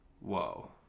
whoa